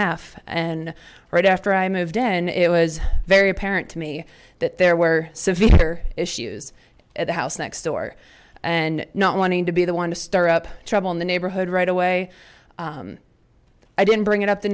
half and right after i moved in and it was very apparent to me that there were so future issues at the house next door and not wanting to be the one to stir up trouble in the neighborhood right away i didn't bring it up the